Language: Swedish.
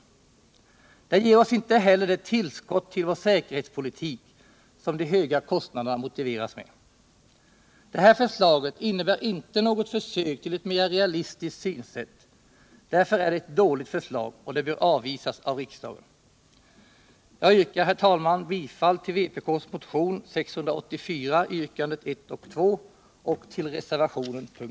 Det ger a S I ji by i Försvarsmaktens OSS inte heller det tillskott till vår säkerhetspolitik som de; höga kostnaderna centrala ledning motiveras med. Det här förslaget innebär inte något försök till ett mera Hin realistiskt synsätt. Därför är det ett dåligt förslag, och det bör avvisas av riksdagen. Herr talman! Jag yrkar bifall till yrkandena 1 och 2 i vpk:s motion 684 och till reservationen.